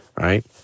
right